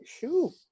shoot